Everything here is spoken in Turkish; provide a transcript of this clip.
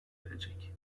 erecek